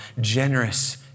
generous